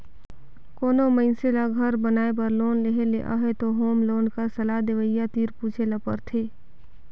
कोनो मइनसे ल घर बनाए बर लोन लेहे ले अहे त होम लोन कर सलाह देवइया तीर पूछे ल परथे